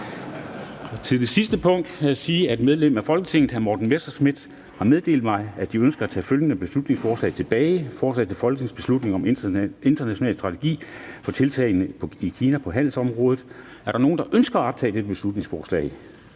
Til det sidste punkt kan jeg sige, at medlemmer af Folketinget Morten Messerschmidt (DF) m.fl. har meddelt mig, at de ønsker at tage følgende forslag tilbage: Forslag til folketingsbeslutning om en international strategi for tilgangen til Kina på handelsområdet. (Beslutningsforslag nr. B 169). Er der nogen, der ønsker at optage dette beslutningsforslag?